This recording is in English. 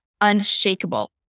unshakable